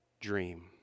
dream